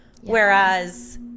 Whereas